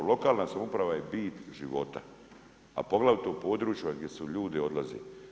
Lokalna samouprava je bit života a poglavito u područjima gdje ljudi odlaze.